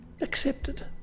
accepted